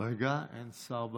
רגע, אין שר במליאה.